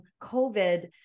COVID